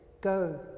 go